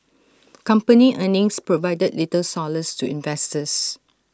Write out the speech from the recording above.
company earnings provided little solace to investors